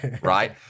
right